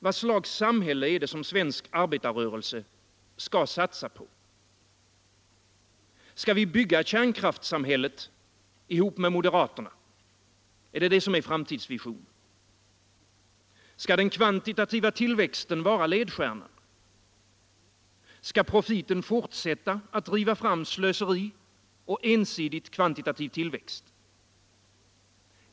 Vad slags samhälle är det som svensk arbetarrörelse skall satsa på? Skall vi bygga kärnkraftssamhället ihop med moderaterna — är det framtidsvisionen? Skall den kvantitativa tillväxten vara ledstjärnan? Skall profiten fortsätta att driva fram slöseri och ensidigt kvantitativ tillväxt?